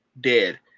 dead